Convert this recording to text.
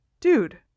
dude